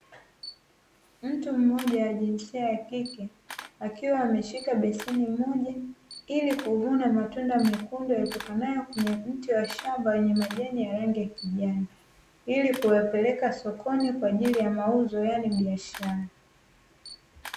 Mtu mmoja jinsia ya kike akiwaameshilka beseni mojka ili kuvuna matunda mekundu, yatokanayo kwenye mti wa shamba wenye majani ya rangi ya kijani ilikuyapeleka sokoni kwaajili ya mauzo yaani biashara.